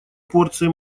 порции